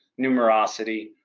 numerosity